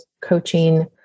coaching